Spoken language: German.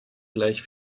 gleich